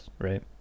right